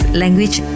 language